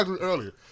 earlier